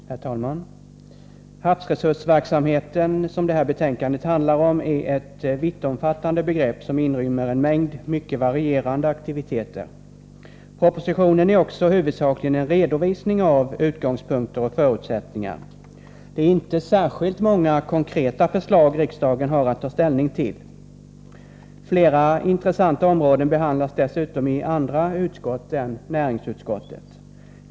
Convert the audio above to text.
Herr talman! Havsresursverksamheten, som det här betänkandet handlar om, är ett vittomfattande begrepp som inrymmer en mängd mycket varierande aktiviteter. Propositionen är också huvudsakligen en redovisning av utgångspunkter och förutsättningar. Det är inte särskilt många konkreta förslag riksdagen har att ta ställning till. Flera intressanta områden behandlas dessutom i andra utskott än näringsutskottet.